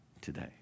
today